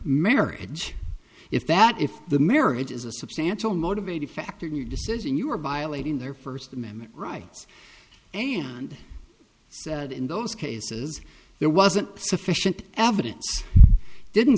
marriage if that if the marriage is a substantial motivating factor in your decision you are violating their first amendment rights and said in those cases there wasn't sufficient evidence didn't